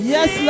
Yes